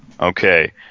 Okay